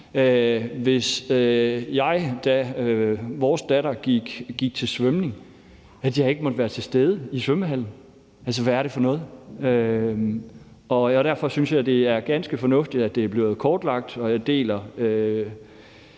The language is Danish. hvis jeg, da vores datter gik til svømning, ikke havde måttet være til stede i svømmehallen – hvad er det for noget? Derfor synes jeg, det er ganske fornuftigt, at det er blevet kortlagt, og jeg deler